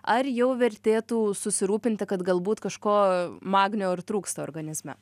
ar jau vertėtų susirūpinti kad galbūt kažko magnio ir trūksta organizme